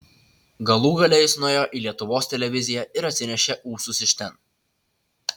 galų gale jis nuėjo į lietuvos televiziją ir atsinešė ūsus iš ten